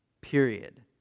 period